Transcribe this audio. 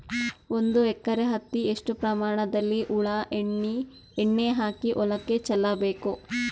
ಒಂದು ಎಕರೆ ಹತ್ತಿ ಎಷ್ಟು ಪ್ರಮಾಣದಲ್ಲಿ ಹುಳ ಎಣ್ಣೆ ಹಾಕಿ ಹೊಲಕ್ಕೆ ಚಲಬೇಕು?